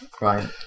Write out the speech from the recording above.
Right